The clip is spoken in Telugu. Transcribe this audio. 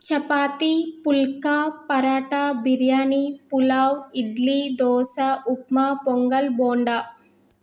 చపాతి పుల్కా పరాట బిర్యానీ పులావ్ ఇడ్లీ దోశ ఉప్మా పొంగల్ బోండా